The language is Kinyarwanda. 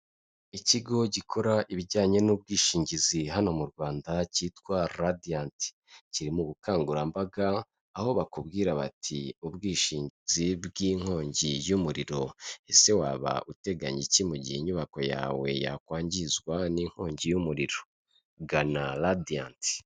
Ikigo gikora ibijyanye n'ubwishingizi hano mu rwanda cyitwa radiyanti kiri mu bukangurambaga aho bakubwira bati ubwishingizi bw'inkongi y'umuriro ese waba uteganya iki, mu gihe inyubako yawe yakwangizwa n'inkongi y'umuriro g radiyanti.